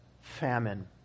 famine